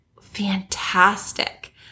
fantastic